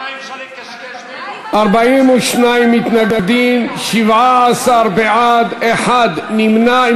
42 מתנגדים, 17 בעד, אחד נמנע.